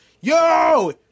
Yo